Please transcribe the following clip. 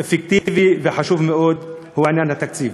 בצורה אפקטיבית וחשובה בעניין התקציב.